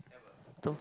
don't